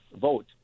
vote